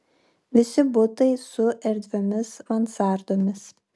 visi butai su erdviomis mansardomis